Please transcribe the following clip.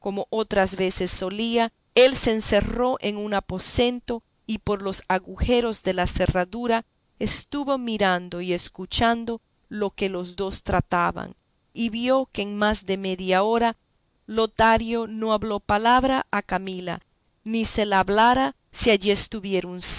otras veces solía él se encerró en un aposento y por los agujeros de la cerradura estuvo mirando y escuchando lo que los dos trataban y vio que en más de media hora lotario no habló palabra a camila ni se la hablara si allí estuviera